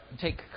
take